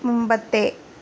മുമ്പത്തെ